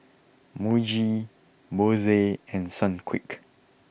Muji Bose and Sunquick